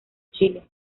chile